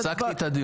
הפסקתי את הדיון.